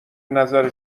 نظر